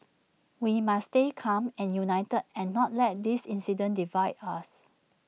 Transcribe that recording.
we must stay calm and united and not let this incident divide us